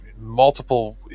multiple